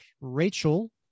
Rachel